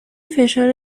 فشار